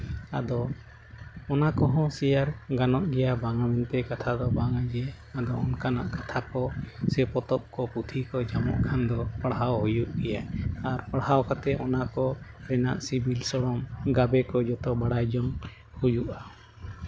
ᱟᱫᱚ ᱚᱱᱟ ᱠᱚᱦᱚᱸ ᱥᱮᱭᱟᱨ ᱜᱟᱱᱚᱜ ᱜᱮᱭᱟ ᱵᱟᱝ ᱢᱮᱱᱛᱮ ᱠᱟᱛᱷᱟ ᱫᱚ ᱵᱟᱝᱜᱮ ᱟᱫᱚ ᱚᱱᱠᱟᱱᱟᱜ ᱠᱟᱛᱷᱟ ᱠᱚ ᱥᱮ ᱯᱚᱛᱚᱵ ᱠᱚ ᱯᱩᱛᱷᱤ ᱠᱚ ᱧᱟᱢᱚᱜ ᱠᱷᱟᱱ ᱫᱚ ᱯᱟᱲᱦᱟᱣ ᱦᱩᱭᱩᱜ ᱜᱮᱭᱟ ᱟᱨ ᱯᱟᱲᱦᱟᱣ ᱠᱟᱛᱮᱫ ᱚᱱᱟ ᱠᱚ ᱨᱮᱱᱟᱜ ᱥᱤᱵᱤᱞ ᱥᱚᱲᱚᱢ ᱜᱟᱵᱮ ᱠᱚ ᱡᱚᱛᱚ ᱵᱟᱲᱟᱭ ᱡᱚᱝ ᱦᱩᱭᱩᱜᱼᱟ